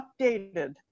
updated